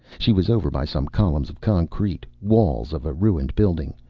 she was over by some columns of concrete, walls of a ruined building.